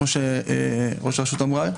כמו שראש הרשות אמרה,